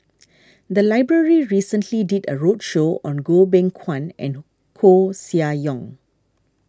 the library recently did a roadshow on Goh Beng Kwan and Koeh Sia Yong